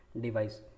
device